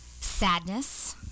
sadness